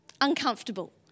Uncomfortable